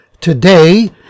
Today